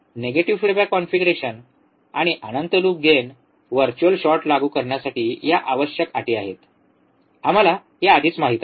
negative feedback configuration आणि अनंत loop gain virtual short लागू करण्यासाठी या आवश्यक अटी आहेत आम्हाला या आधीच माहित आहे